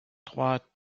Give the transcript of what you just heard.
trois